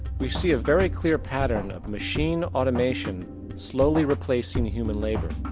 we see a very clear pattern of machine automation slowly replacing human labour.